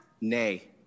Nay